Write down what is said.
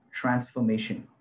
transformation